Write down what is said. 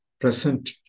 present